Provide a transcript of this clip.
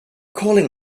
calling